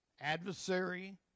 Adversary